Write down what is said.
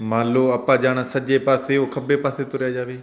ਮੰਨ ਲਓ ਆਪਾਂ ਜਾਣਾ ਸੱਜੇ ਪਾਸੇ ਉਹ ਖੱਬੇ ਪਾਸੇ ਤੁਰਿਆ ਜਾਵੇ